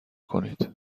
کنید